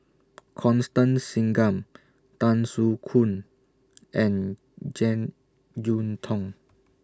Constance Singam Tan Soo Khoon and Jek Yeun Thong